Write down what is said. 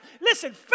Listen